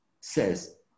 says